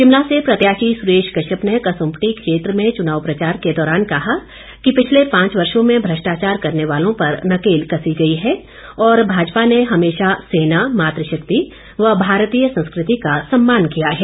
शिमला से प्रत्याशी सुरेश कश्यप ने कसुम्पटी क्षेत्र में चुनाव प्रचार के दौरान कहा कि पिछले पांच वर्षो में भ्रष्टाचार करने वालों पर नकेल कसी गई है और भाजपा ने हमेशा सेना मातृशक्ति व भारतीय संस्कृति का सम्मान किया है